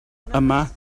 yma